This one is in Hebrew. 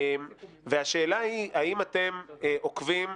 השאלה היא אם אתם עוקבים,